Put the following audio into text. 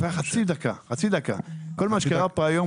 כל מה שקרה כאן היום,